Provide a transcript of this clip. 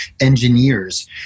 engineers